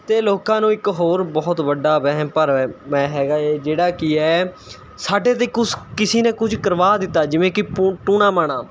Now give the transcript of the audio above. ਅਤੇ ਲੋਕਾਂ ਨੂੰ ਇੱਕ ਹੋਰ ਬਹੁਤ ਵੱਡਾ ਵਹਿਮ ਭਰਮ ਹੈ ਹੈਗਾ ਇਹ ਜਿਹੜਾ ਕੀ ਹੈ ਸਾਡੇ 'ਤੇ ਕੁਛ ਕਿਸੀ ਨੇ ਕੁਝ ਕਰਵਾ ਦਿੱਤਾ ਜਿਵੇਂ ਕਿ ਟੂਣਾ ਮਾਣਾ